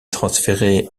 transféré